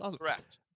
Correct